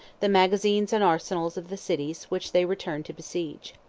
the magazines and arsenals of the cities which they returned to besiege.